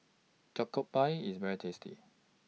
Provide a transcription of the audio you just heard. Jokbal IS very tasty